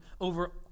over